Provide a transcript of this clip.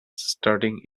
starting